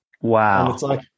Wow